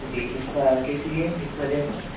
جی کس کا کس لیے کس وجہ سے